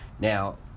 now